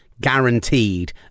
guaranteed